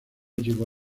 llegó